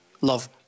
love